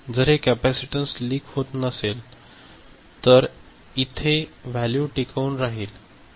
जर हे capacitance leak होत नसेल तर इथे व्हॅल्यू टिकवून राहील